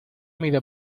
mide